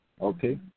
okay